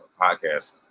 podcast